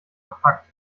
verpackt